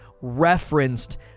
referenced